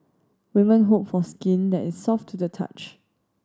women hope for skin that is soft to the touch